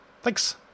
Thanks